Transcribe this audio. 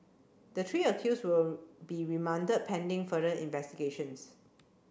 the three accused will be remanded pending further investigations